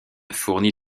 fournit